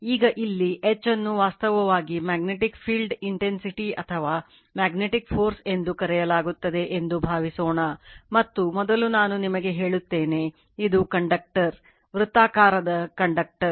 ಈಗ ಇಲ್ಲಿ H ಅನ್ನು ವಾಸ್ತವವಾಗಿ ಮ್ಯಾಗ್ನೆಟಿಕ್ ಫೀಲ್ಡ್ ಇಂಟೆನ್ಸಿಟಿ ಎಂದು ಕರೆಯಲಾಗುತ್ತದೆ ಎಂದು ಭಾವಿಸೋಣ ಮತ್ತು ಮೊದಲು ನಾನು ನಿಮಗೆ ಹೇಳುತ್ತೇನೆ ಇದು ಕಂಡಕ್ಟರ್ ವೃತ್ತಾಕಾರದ ಕಂಡಕ್ಟರ್